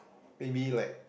maybe like